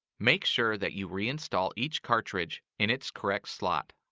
make sure that you reinstall each cartridge in its correct slot.